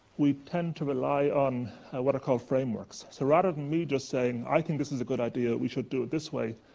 we tend to rely on what i call frameworks. so rather than me just saying, i think this is a good idea, we should do it this way,